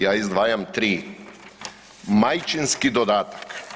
Ja izdvajam tri, majčinski dodatak.